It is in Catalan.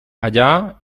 allà